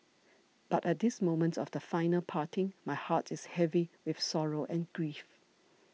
but at this moment of the final parting my heart is heavy with sorrow and grief